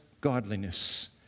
godliness